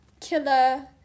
killer